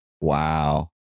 Wow